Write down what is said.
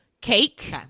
Cake